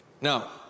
Now